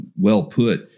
well-put